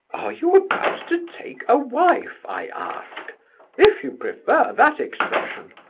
ah you about to take a wife? i ask if you prefer that expression.